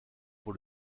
pour